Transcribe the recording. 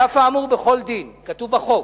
על אף האמור בכל דין, כתוב בחוק,